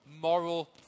moral